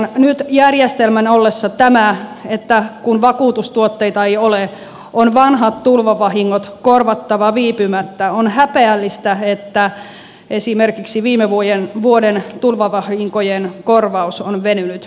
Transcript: nyt järjestelmän ollessa tämä että kun vakuutustuotteita ei ole on vanhat tulvavahingot korvattava viipymättä on häpeällistä että esimerkiksi viime vuoden tulvavahinkojen korvaus on venynyt näinkin pitkään